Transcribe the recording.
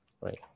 right